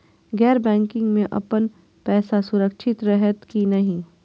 गैर बैकिंग में अपन पैसा सुरक्षित रहैत कि नहिं?